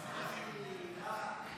ההצעה להעביר את